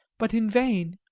but in vain.